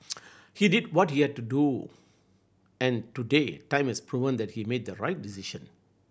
he did what he had to do and today time has proven that he had made the right decision